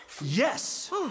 Yes